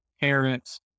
parents